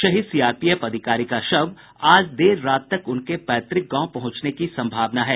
शहीद सीआरपीएफ अधिकारी का शव आज देर रात तक उनके पैतृक गांव पहुंचने की सम्भावना है